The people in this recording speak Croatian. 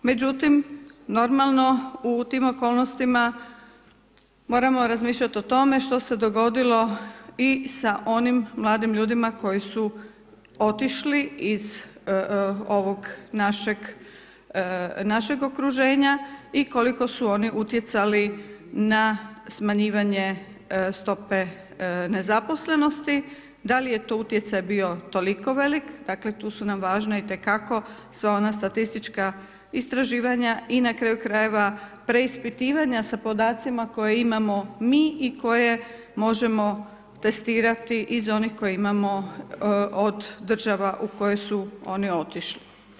Međutim, normalno u tim okolnostima moramo razmišljati o tome što se dogodilo i sa onim mladim ljudima koji su otišli iz ovog našeg okruženja i koliko su oni utjecali na smanjivanje stope nezaposlenosti, da li je to utjecaj bio toliko velik, dakle tu su nam važne itekako sva ona statistička istraživanja i na kraju krajeva, preispitivanja sa podacima koje imamo mi i koje možemo testirati iz onih koje imamo od država u koje su oni otišli.